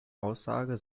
aussage